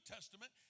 Testament